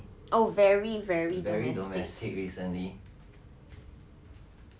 oh very very domestic